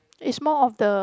it's more of the